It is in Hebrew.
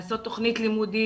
לעשות תוכנית לימודית